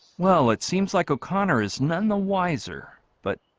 well it seems like o'conner is none the wiser but